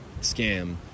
scam